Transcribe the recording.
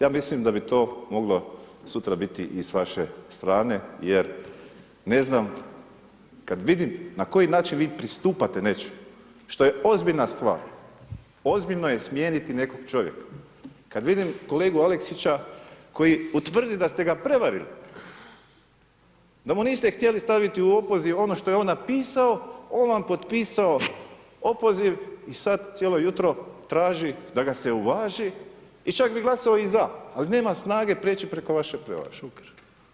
Ja mislim da bi to moglo sutra biti i s vaše strane jer ne znam kad vidim na koji način vi pristupate nečemu što je ozbiljna stvar, ozbiljno je smijeniti nekog čovjeka, kad vidim kolega Aleksića koji utvrdi da ste ga prevarili, da mu niste htjeli staviti u opoziv ono što je on napisao, on vam potpisao opoziv i sad cijelo jutro traži da ga se uvaži i čak bi glasao za, ali nema snage priječi preko vaše prevare.